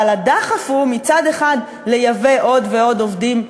אבל הדחף הוא מצד אחד לייבא עוד ועוד עובדים,